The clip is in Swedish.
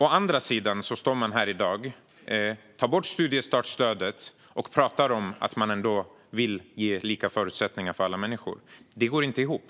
Å andra sidan vill man i dag ta bort studiestartsstödet och sedan säger man att man ändå vill ge lika förutsättningar för alla människor. Det går inte ihop.